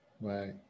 Right